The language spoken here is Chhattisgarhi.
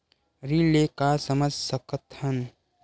ऋण ले का समझ सकत हन?